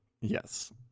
Yes